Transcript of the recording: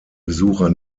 besucher